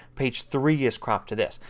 page three is cropped to this.